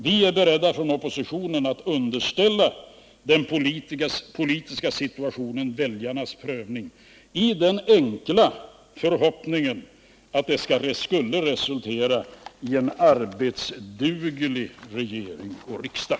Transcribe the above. Vi är beredda från oppositionen att underställa den politiska situationen väljarnas prövning i den enkla förhoppningen att det skulle resultera i en arbetsduglig regering och riksdag.